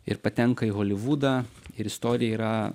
ir patenka į holivudą ir istorija yra